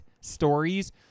stories